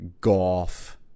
golf